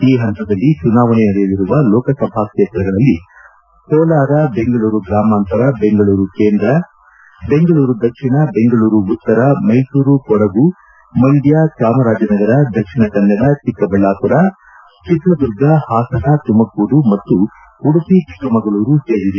ಈ ಹಂತದಲ್ಲಿ ಚುನಾವಣೆ ನಡೆಯಲಿರುವ ಲೋಕಸಭಾ ಕ್ಷೇತ್ರಗಳಲ್ಲಿ ಕೋಲಾರ ಬೆಂಗಳೂರು ಗ್ರಮಾಂತರ ಬೆಂಗಳೂರು ಕೇಂದ್ರ ಬೆಂಗಳೂರು ದಕ್ಷಿಣ ಬೆಂಗಳೂರು ಉತ್ತರ ಮೈಸೂರು ಕೊಡಗು ಮಂಡ್ಜ ಚಾಮರಾಜನಗರ ದಕ್ಷಿಣ ಕನ್ನಡ ಚಿಕ್ಕಬಳ್ಳಾಪುರ ಚಿತ್ರದುರ್ಗ ಹಾಸನ ತುಮಕೂರು ಮತ್ತು ಉಡುಪಿ ಚಿಕ್ಕಮಗಳೂರು ಸೇರಿವೆ